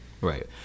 Right